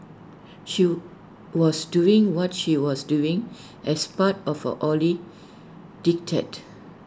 she was doing what she was doing as part of A holy diktat